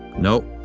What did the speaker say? no,